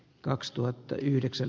kaksituhattayhdeksän